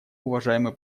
уважаемый